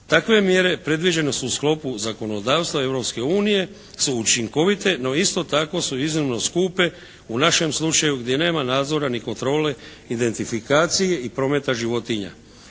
Takve mjere predviđene su u sklopu zakonodavstva Europske unije su učinkovite, no isto tako su iznimno skupe u našem slučaju gdje nema nadzora ni kontrole, identifikacije i prometa životinja.